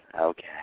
okay